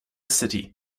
city